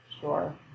sure